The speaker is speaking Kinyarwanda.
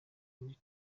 muri